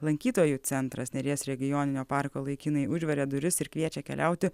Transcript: lankytojų centras neries regioninio parko laikinai užveria duris ir kviečia keliauti